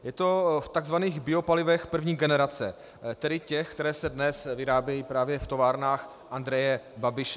Je to v tzv. biopalivech první generace, tedy těch, která se dnes vyrábějí právě v továrnách Andreje Babiše.